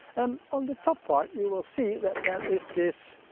um on the top part, you will see that there is this